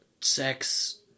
sex